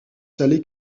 salée